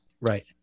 right